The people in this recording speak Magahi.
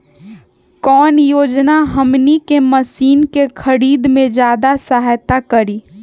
कौन योजना हमनी के मशीन के खरीद में ज्यादा सहायता करी?